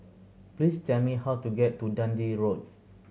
please tell me how to get to Dundee Road